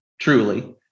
truly